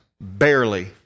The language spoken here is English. barely